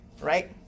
right